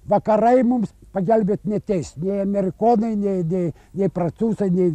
vakarai mums pagelbėt neateis nė amerikonai nei nei nei prancūzai nei